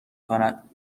کند